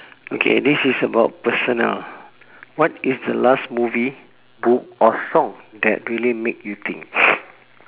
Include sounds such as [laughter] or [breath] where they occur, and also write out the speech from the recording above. okay this is about personal what is the last movie book or song that really make you think [breath]